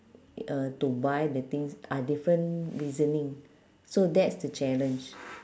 uh to buy the things are different reasoning so that's the challenge